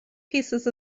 pieces